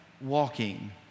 walking